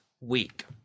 week